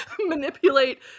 manipulate